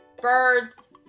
birds